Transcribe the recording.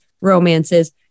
romances